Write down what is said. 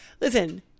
listen